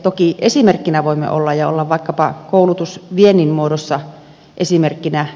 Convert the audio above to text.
toki esimerkkinä voimme olla ja olla vaikkapa koulutusviennin muodossa esimerkkinä